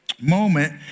moment